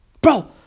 Bro